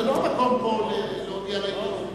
זה לא המקום פה להודיע לעיתונות.